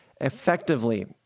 effectively